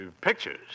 Pictures